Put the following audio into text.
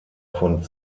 von